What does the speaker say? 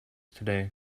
today